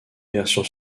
versions